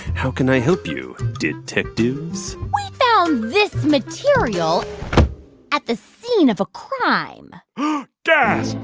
how can i help you, detectives? we found this material at the scene of a crime gasp.